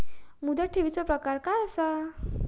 मुदत ठेवीचो प्रकार काय असा?